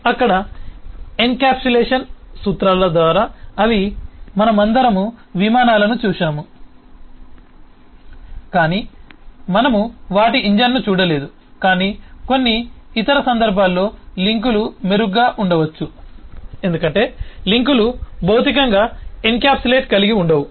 కాబట్టి అక్కడ ఎన్కప్సులేషన్ సూత్రాల ద్వారా అవి మనమందరం విమానాలను చూశాము కాని మనము వాటి ఇంజిన్ను చూడలేదు కాని కొన్ని ఇతర సందర్భాల్లో లింక్లు మెరుగ్గా ఉండవచ్చు ఎందుకంటే లింక్లు భౌతికంగా ఎన్క్యాప్సులేట్ కలిగి ఉండవు